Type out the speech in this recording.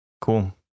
Cool